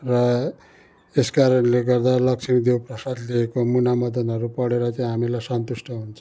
र यसकारणले गर्दा लक्ष्मी देव प्रसाद लेखेको मुना मदनहरू पढेर चाहिँ हामीलाई सन्तुष्ट हुन्छ